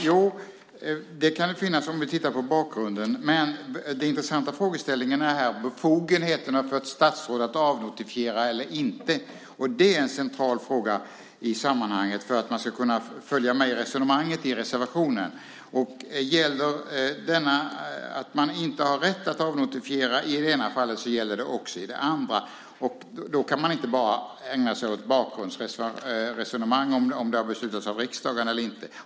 Herr talman! Det kan vara så om vi tittar på bakgrunden. Men den intressanta frågeställningen här gäller befogenheterna för ett statsråd att avnotifiera eller inte. Det är en central fråga i sammanhanget för att man ska kunna följa med i resonemanget i reservationen. Om detta att man inte har rätt att avnotifiera gäller i det ena fallet gäller det också i det andra. Då kan man inte bara ägna sig åt bakgrundsresonemang om huruvida det har beslutats av riksdagen eller inte.